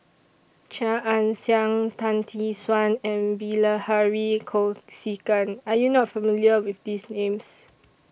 Chia Ann Siang Tan Tee Suan and Bilahari Kausikan Are YOU not familiar with These Names